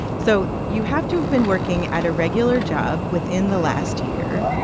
so you have to have been working at a regular job within the last year.